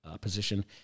position